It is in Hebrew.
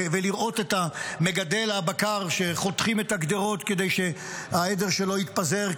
ולראות את מגדל הבקר שחותכים את הגדרות כדי שהעדר שלו יתפזר,